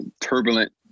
turbulent